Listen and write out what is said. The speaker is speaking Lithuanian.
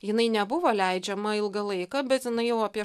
jinai nebuvo leidžiama ilgą laiką bet jinai jau apie